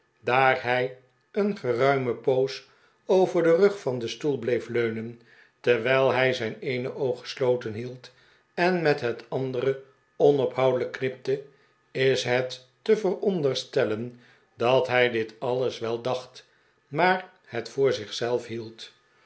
daar hij een geruime poos over den rug van den stoel bleef leunen terwijl hij zijn eene pog gesloten hield en met het andere onophoudelijk knipte is het te veronderstellen dat hij dit alles wel dacht maar het voor zich zelf hield